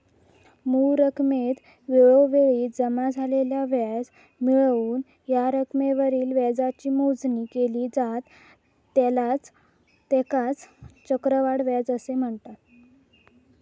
मूळ रकमेत वेळोवेळी जमा झालेला व्याज मिळवून या रकमेवरील व्याजाची मोजणी केली जाता त्येकाच चक्रवाढ व्याज म्हनतत